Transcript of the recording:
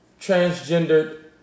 transgendered